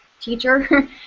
teacher